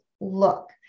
look